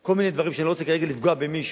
כל מיני דברים, ואני לא רוצה כרגע לפגוע במישהו,